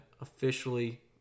officially